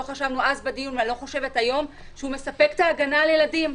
לא חשבנו אז בדיון ואני לא חושבת היום שהוא מספק את ההגנה על ילדים.